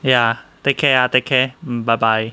ya take care take care bye-bye